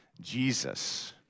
Jesus